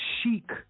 chic